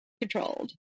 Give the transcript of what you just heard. Controlled